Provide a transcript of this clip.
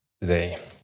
today